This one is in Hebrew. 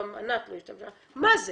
גם ענת לא השתמשה מה זה